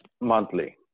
monthly